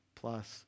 plus